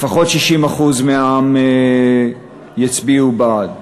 לפחות 61% מהעם יצביעו בעד.